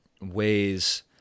ways